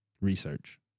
research